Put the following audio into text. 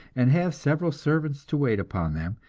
and have several servants to wait upon them,